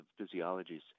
physiologies